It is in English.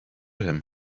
him